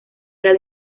era